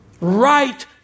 right